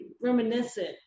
reminiscent